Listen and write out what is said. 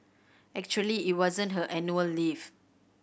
actually it wasn't her annual leave